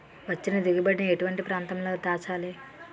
వచ్చిన దిగుబడి ని ఎటువంటి ప్రాంతం లో దాచాలి?